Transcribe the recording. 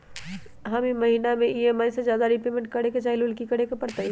हम ई महिना में ई.एम.आई से ज्यादा रीपेमेंट करे के चाहईले ओ लेल की करे के परतई?